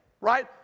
right